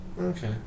Okay